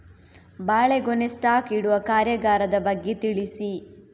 ಬಾಳೆಗೊನೆ ಸ್ಟಾಕ್ ಇಡುವ ಕಾರ್ಯಗಾರದ ಬಗ್ಗೆ ತಿಳಿಸಿ